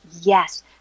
yes